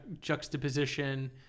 juxtaposition